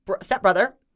stepbrother